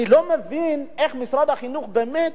אני לא מבין איך משרד החינוך, באמת,